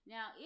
Now